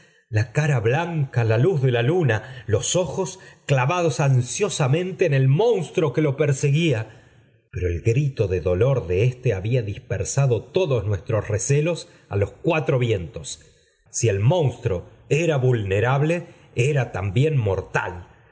la cara blanca á la luz de la luna los ojos clavados ansiosamente en el monstruo que lo perseguía pero el grito de dolor de éste había dispersado todos nuestros recelos á los cuatro vientos si monstruo era vulnerable era también